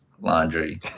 laundry